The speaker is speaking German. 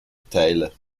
teile